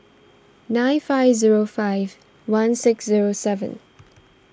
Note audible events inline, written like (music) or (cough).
nine five zero five one six zero seven (noise)